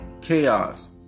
chaos